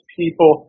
people